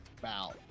bow